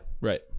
right